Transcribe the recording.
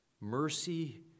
mercy